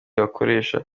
akoresha